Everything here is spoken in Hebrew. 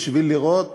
כדי לראות